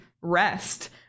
rest